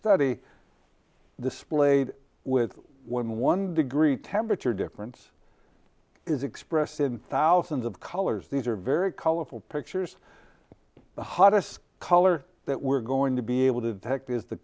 study displayed with one one degree temperature difference is expressed in thousands of colors these are very colorful pictures the hottest color that we're going to be able to detect is the